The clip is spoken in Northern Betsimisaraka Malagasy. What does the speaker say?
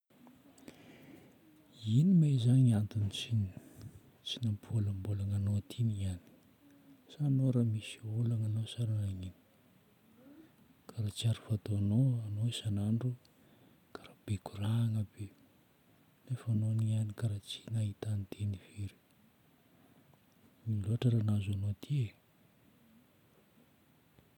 Ino ma izagny antony tsy, tsy nampivôlambôlagna anao ty niany. Sa anao raha misy olagna anao sa raha nanino? Karaha tsy ary fataonao, anao isan'andro karaha be koragna be. Nefa anao niany karaha tsy nahitan-teny firy. Ino loatra raha nahazo anao ty e?